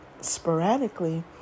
sporadically